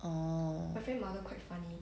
orh